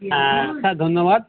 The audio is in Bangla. হ্যাঁ স্যার ধন্যবাদ